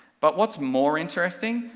but what's more interesting,